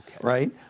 right